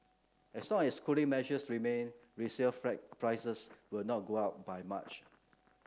as long as cooling measures remain resale prices will not go up by much